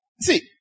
See